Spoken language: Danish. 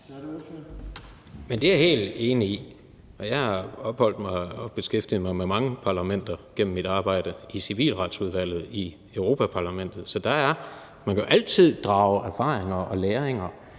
Det er jeg helt enig i. Jeg har opholdt mig i og beskæftiget mig med mange parlamenter gennem mit arbejde i civilretsudvalget i Europa-Parlamentet, og man kan jo altid drage erfaringer og læringer.